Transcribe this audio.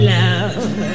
love